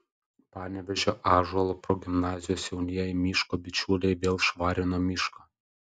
panevėžio ąžuolo progimnazijos jaunieji miško bičiuliai vėl švarino mišką